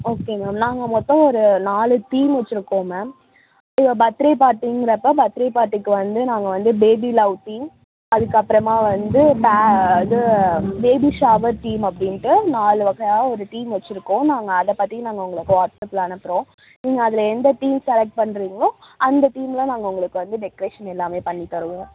okay ma'am நாங்கள் மொத்தம் ஒரு நாலு தீம் வச்சிருக்கோம் மேம் உங்கள் பர்த்ரே பார்ட்டிங்கிறப்போ பர்த்ரே பார்ட்டிக்கு வந்து நாங்கள் வந்து பேபி லவ் பிங்க் அதுக்கப்றமாக வந்து ப இது பேபி ஷவர் தீம் அப்படின்ட்டு நாலு வகையாக ஒரு தீம் வச்சிருக்கோம் நாங்கள் அதை பற்றி நாங்கள் உங்களுக்கு வாட்ஸ்அப்பில் அனுப்புறோம் நீங்கள் அதில் எந்த தீம் செலக்ட் பண்ணுறிங்களோ அந்த தீம்மில் நாங்கள் உங்களுக்கு வந்து டெக்ரேஷன் எல்லாமே பண்ணி தருவோம்